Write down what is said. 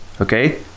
okay